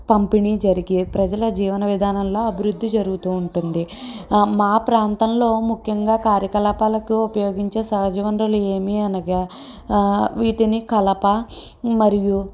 పంపిణీ జరిగే ప్రజల జీవన విధానంలో అభివృద్ధి జరుగుతూ ఉంటుంది మా ప్రాంతంలో ముఖ్యంగా కార్యకలాపాలకు ఉపయోగించే సహజవనరులు ఏమీ అనగా వీటిని కలప మరియు